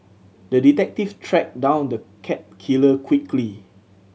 the detective tracked down the cat killer quickly